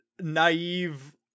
naive